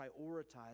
prioritize